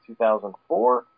2004